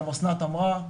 גם אסנת אמרה,